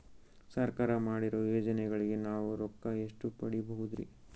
ಸರ್ಕಾರ ಮಾಡಿರೋ ಯೋಜನೆಗಳಿಗೆ ನಾವು ರೊಕ್ಕ ಎಷ್ಟು ಪಡೀಬಹುದುರಿ?